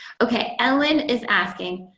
ok, ellen is asking,